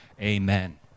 Amen